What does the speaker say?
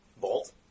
Bolt